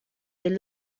del